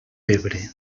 pebre